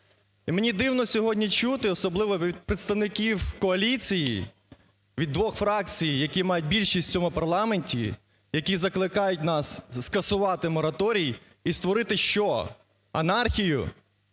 мені дивно сьогодні чути, особливо від представників коаліції, від двох фракцій, які мають більшість в цьому парламенті, які закликають нас скасувати мораторій і створити що, анархію?